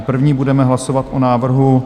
První budeme hlasovat o návrhu...